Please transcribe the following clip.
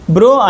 Bro